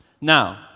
now